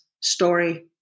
story